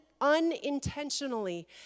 unintentionally